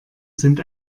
sind